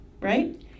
right